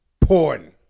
porn